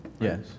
Yes